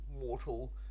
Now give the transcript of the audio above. mortal